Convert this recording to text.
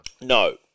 No